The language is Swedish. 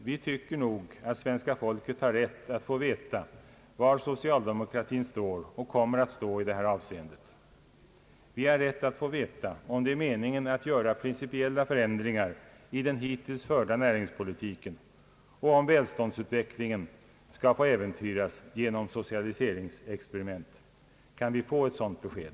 Vi tycker att svenska folket har rätt att få veta var socialdemokratin står och kommer att stå i detta avseende. Vi har rätt att få veta om det är meningen att göra principieila förändringar i den hittills förda näringspolitiken och om välståndsutvecklingen skall få äventyras genom socialiseringsexperiment. Kan vi få ett sådant besked?